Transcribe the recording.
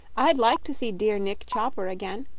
i'd like to see dear nick chopper again.